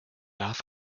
darf